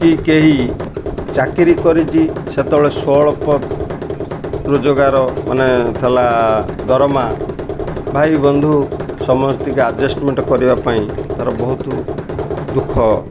କି କେହି ଚାକିରି କରିଛି ସେତେବେଳେ ସ୍ୱଳପ ରୋଜଗାର ମାନେ ଥିଲା ଦରମା ଭାଇ ବନ୍ଧୁ ସମସ୍ତିକି ଆଡ଼ଜଷ୍ଟମେଣ୍ଟ କରିବା ପାଇଁ ତା'ର ବହୁତ ଦୁଃଖ